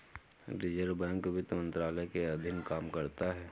reserve bank वित्त मंत्रालय के अधीन काम करता है